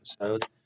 episode